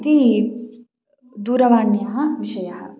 इति दूरवाण्याः विषयः